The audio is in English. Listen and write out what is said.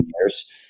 years